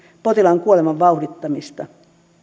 potilaan kuoleman vauhdittamista